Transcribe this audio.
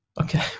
Okay